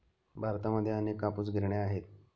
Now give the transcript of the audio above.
भारतामध्ये अनेक कापूस गिरण्या आहेत